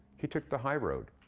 he took the high road.